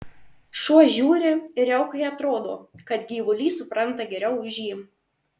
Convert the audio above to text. šuo žiūri ir riaukai atrodo kad gyvulys supranta geriau už jį